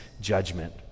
judgment